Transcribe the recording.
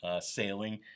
sailing